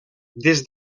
des